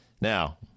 Now